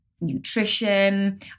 nutrition